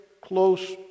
close